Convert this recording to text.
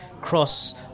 cross